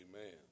Amen